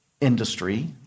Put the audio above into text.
industry